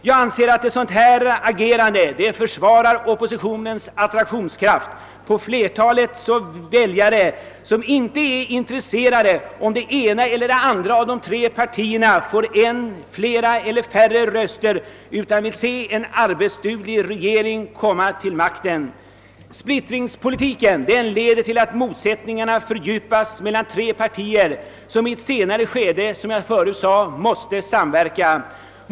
Jag anser att ett sådant agerande försvagar oppositionens attraktionskraft på flertalet väljare, som inte är intresserade av om det ena eller det andra av de tre partierna får flera eller färre röster utan som framför allt vill se en arbetsduglig regering komma till makten. Splittringspolitiken leder till att motsättningarna fördjupas mellan de tre partier, som i ett senare skede måste samverka.